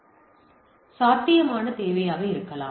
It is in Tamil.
எனவே இது சாத்தியமான தேவையாக இருக்கலாம்